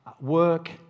work